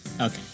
Okay